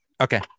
Okay